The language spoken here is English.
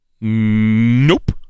Nope